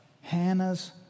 Hannah's